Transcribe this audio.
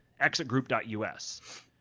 Exitgroup.us